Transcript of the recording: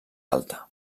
alta